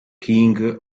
king